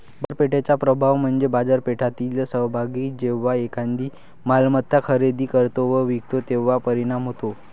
बाजारपेठेचा प्रभाव म्हणजे बाजारपेठेतील सहभागी जेव्हा एखादी मालमत्ता खरेदी करतो व विकतो तेव्हा परिणाम होतो